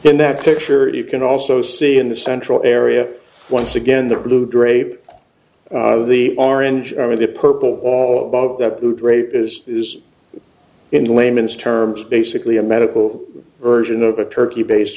that picture you can also see in the central area once again the blue drape of the orange or the purple all above that is is in layman's terms basically a medical version of a turkey based